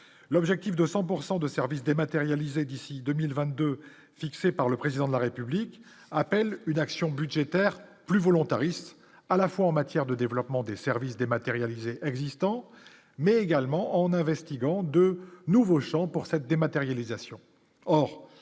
l'objectif de 100 pourcent de services dématérialisés, d'ici 2022 fixé par le président de la République appelle une action budgétaires plus volontaristes, à la fois en matière de développement des services dématérialisés existant, mais également en investiguant de nouveaux champs pour cette dématérialisation